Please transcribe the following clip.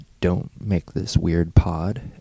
don'tmakethisweirdpod